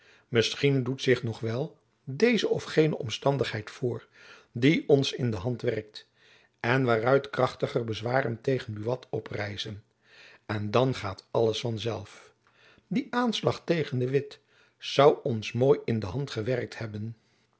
musch doet zich nog wel deze of gene omstandigheid voor die ons in de hand werkt en waaruit krachtiger bezwaren tegen buat oprijzen en dan gaat alles van zelf die aanslag tegen de witt zoû ons mooi in de hand gewerkt hebben